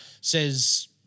says